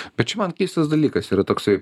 bet čia man keistas dalykas yra toksai